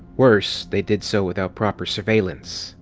worse, they did so without proper surveillance.